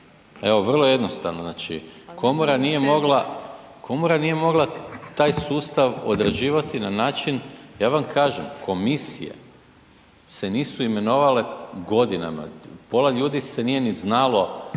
komora nije mogla, komora nije mogla taj sustav odrađivati na način, ja vam kažem, komisije se nisu imenovale godinama, pola ljudi se nije ni znalo